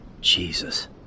Jesus